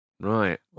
Right